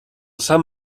sant